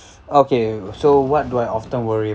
okay so what do I often worry